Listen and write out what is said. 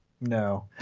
No